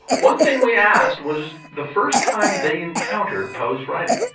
one thing we asked was the first time they encountered poe's writing